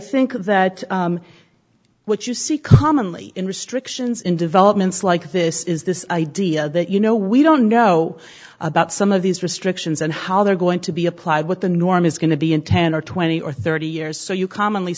think that what you see commonly in restrictions in developments like this is this idea that you know we don't know about some of these restrictions and how they're going to be applied what the norm is going to be in ten or twenty or thirty years so you co